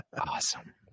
awesome